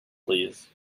please